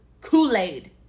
Kool-Aid